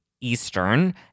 Eastern